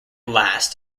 last